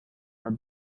her